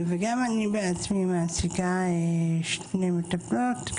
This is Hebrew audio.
וגם אני בעצמי מעסיקה שתי מטפלות,